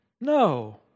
No